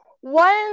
One